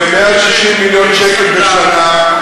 בושה.